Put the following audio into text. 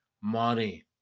money